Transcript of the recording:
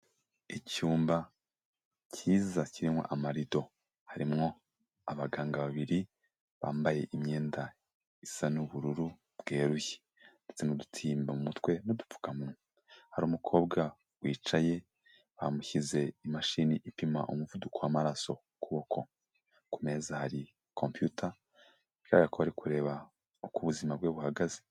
Icyumba kiza kirimo amarido, harimo abaganga babiri bambaye imyenda isa n'ubururu bweruye, ndetse n'udutimba mu mutwe, n'uudupfukamunwa, hari umukobwa wicaye, bamushyize imashini ipima umuvuduko w'amaraso ku kuboko, ku meza hari computer, bigaragara ko bari kureba uko ubuzima bwe buhagaze.